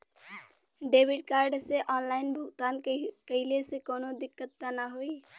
Debit card से online भुगतान कइले से काउनो दिक्कत ना होई न?